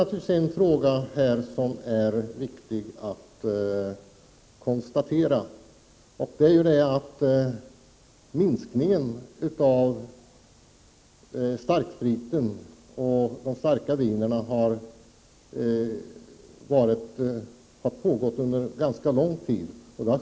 Jag vill göra ett viktigt konstaterande. En ganska kraftig minskning av konsumtionen av starksprit och starkviner har pågått under en ganska lång tid.